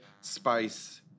spice